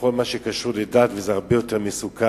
בכל הקשור לדת וזה הרבה יותר מסוכן.